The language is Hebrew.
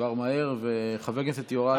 עבר מהר, וחבר הכנסת יוראי איננו.